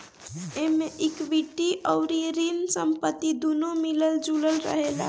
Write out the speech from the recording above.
एमे इक्विटी अउरी ऋण संपत्ति दूनो मिलल जुलल रहेला